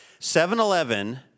7-Eleven